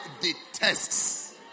detests